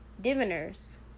diviners